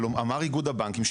אבל אמר איגוד הבנקים,